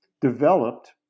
developed